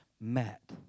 met